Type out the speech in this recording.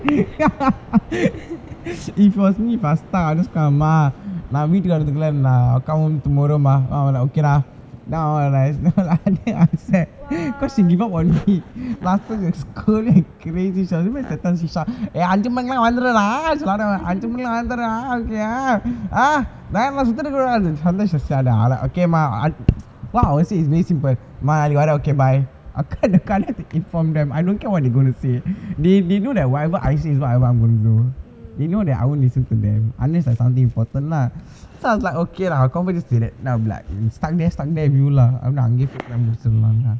if it was me if I'm stuck uh I'll just come mah நா வீட்டுக்கு வரதுக்கெல்லா நா:naa veettuku varathukellaa naa come home tomorrow mah mum okay dah cause she give up on me but I'll say is basic but inform them I don't care what they are going to say they they know that whatever I say is அஞ்சு மணிக்கெல்லா வந்துரு:anju manikkellaa vanthuru they know that I won't listen to them unless it's something important lah so I was okay lah அஞ்சு மணிக்கு வந்துரு:anju manikku vanthuru okay ah ah I will compete this now black sunday sunday view lah அங்கய போய் முடுச்சர்லாந்தா:angaya poi mudicharlaanthaa